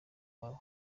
babo